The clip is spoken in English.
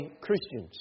Christians